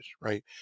right